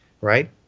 right